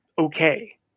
okay